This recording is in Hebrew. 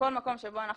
שבכל מקום שבו אנחנו